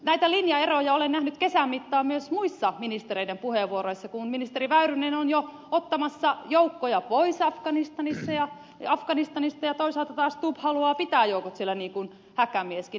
näitä linjaeroja olen nähnyt kesän mittaan myös muissa ministereiden puheenvuoroissa kun ministeri väyrynen on jo ottamassa joukkoja pois afganistanista ja toisaalta taas stubb haluaa pitää joukot siellä niin kuin häkämieskin